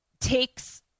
takes